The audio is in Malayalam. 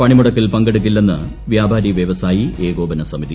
പണിമുടക്കിൽ പങ്കെടുക്കില്ലെന്ന് വ്യാപാരി വൃവസായി ഏകോപന സമിതി